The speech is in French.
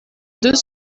deux